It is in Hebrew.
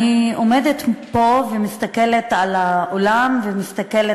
אני עומדת פה ומסתכלת על האולם ומסתכלת